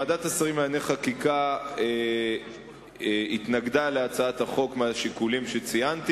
ועדת השרים לענייני חקיקה התנגדה להצעת החוק מהשיקולים שציינתי.